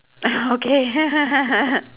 okay